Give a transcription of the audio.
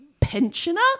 pensioner